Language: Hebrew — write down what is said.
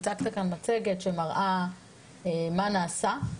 הצגת כאן מצגת שמראה מה נעשה.